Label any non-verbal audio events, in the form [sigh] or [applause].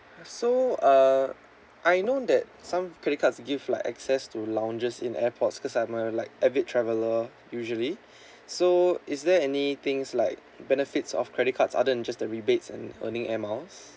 so uh I know that some credit cards give like access to lounges in airports cause I'm a like a bit traveller usually [breath] so is there any things like benefits of credit cards other than just the rebates and earning air miles